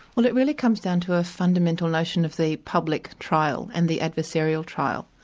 well it really comes down to a fundamental notion of the public trial and the adversarial trial.